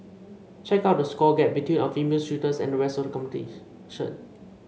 check out the score gap between our female shooters and the rest of the competition